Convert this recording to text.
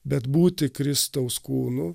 bet būti kristaus kūnu